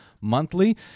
Monthly